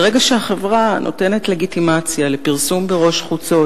ברגע שהחברה נותנת לגיטימציה לפרסום בראש חוצות